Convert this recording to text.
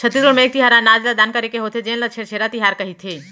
छत्तीसगढ़ म एक तिहार अनाज ल दान करे के होथे जेन ल छेरछेरा तिहार कहिथे